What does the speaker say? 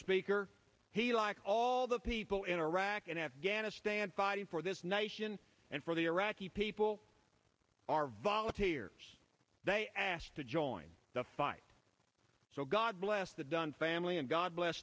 speaker he like all the people in iraq and afghanistan fighting for this nation and for the iraqi people are volunteers they asked to join the fight so god bless the dunn family and god bless